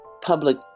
public